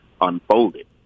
unfolded